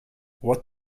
what